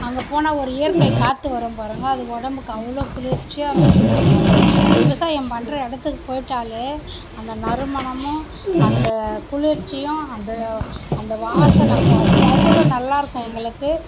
அங்கே போனால் ஒரு இயற்கை காற்று வரும் பாருங்க அது உடம்புக்கு அவ்வளோ குளிர்ச்சியாக இருக்கும் அந்த விவசாயம் பண்ணுற இடத்துக்கு போய்விட்டாலே அந்த நறுமணமும் அந்த குளிர்ச்சியும் அந்த அந்த வாசனை பா பா அவ்வளோ நல்லாயிருக்கும் எங்களுக்கு